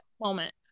moment